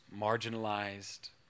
marginalized